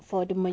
scary kan